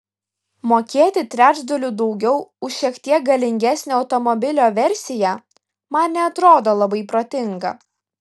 mokėti trečdaliu daugiau už šiek tiek galingesnę automobilio versiją man neatrodo labai protinga